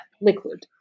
liquid